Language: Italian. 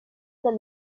del